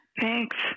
Thanks